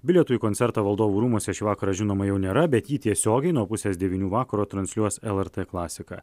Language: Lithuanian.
bilietų į koncertą valdovų rūmuose šį vakarą žinoma jau nėra bet jį tiesiogiai nuo pusės devynių vakaro transliuos lrt klasiką